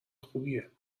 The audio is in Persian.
خوبیه